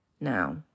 now